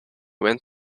went